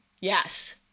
Yes